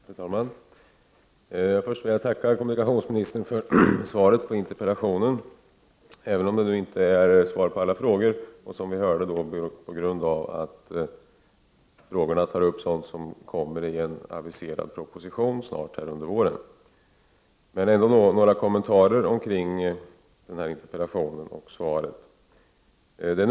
Fru talman! Först vill jag tacka kommunikationsministern för svaret på interpellationen, även om det inte är svar på alla frågor på grund av att frå gorna tar upp sådant som kommer i en aviserad proposition under våren. Men jag vill ändå ge några kommentarer kring interpellationen och svaret.